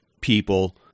people